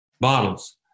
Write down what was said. bottles